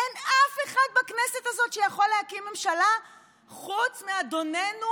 אין אף אחד בכנסת הזאת שיכול להקים ממשלה חוץ מאדוננו,